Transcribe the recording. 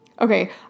Okay